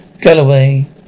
Galloway